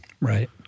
Right